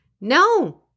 No